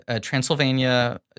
Transylvania